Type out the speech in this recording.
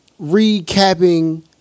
recapping